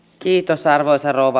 kiitos arvoisa rouva